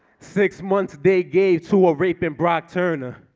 six months they gave to a reprint brock turner